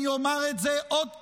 אני אומר את זה עוד פעם,